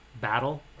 battle